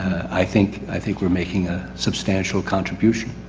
i think, i think we're making a substantial contribution.